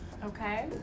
Okay